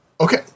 Okay